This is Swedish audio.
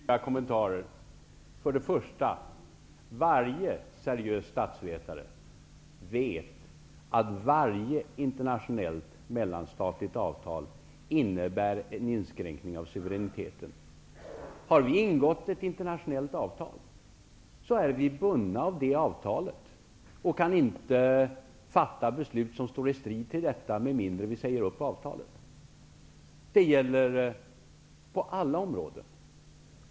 Herr talman! Jag har fyra kommentarer. För det första: Varje seriös statsvetare vet att varje internationellt mellanstatligt avtal innebär en inskränkning av suveräniteten. Har vi ingått ett internationellt avtal, är vi bundna av det avtalet och kan inte fatta beslut som står i strid med detta med mindre vi säger upp avtalet. Det gäller på alla områden.